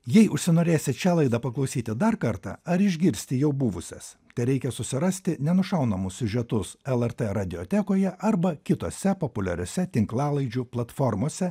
jei užsinorėsit šią laidą paklausyti dar kartą ar išgirsti jau buvusias tereikia susirasti nenušaunamus siužetus lrt radiotekoje arba kitose populiariose tinklalaidžių platformose